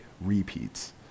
Repeats